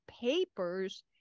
papers